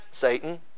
Satan